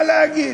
מה להגיד?